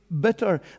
bitter